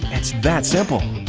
it's that simple.